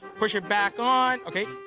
push it back on. okay,